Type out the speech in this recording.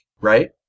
right